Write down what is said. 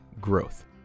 growth